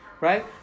right